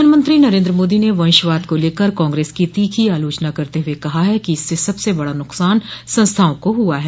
प्रधानमंत्री नरेन्द्र मोदी ने वंशवाद को लेकर कांग्रेस की तीखी आलोचना करते हुए कहा है कि इससे सबसे बड़ा नुकसान संस्थाओं को हुआ है